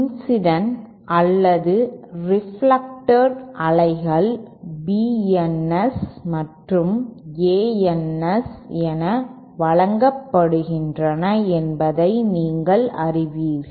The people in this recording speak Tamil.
இன்சிடென்ட் அல்லது ரிஃப்ளெக்டேட் அலைகள் B Ns மற்றும் A Ns என வழங்கப்படுகின்றன என்பதை நீங்கள் அறிவீர்கள்